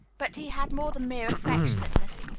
but he had more than mere affectionateness.